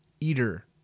Eater